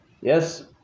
yes